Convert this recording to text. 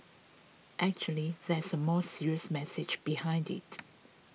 actually there's a more serious message behind it